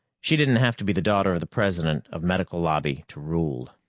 she didn't have to be the daughter of the president of medical lobby to rule.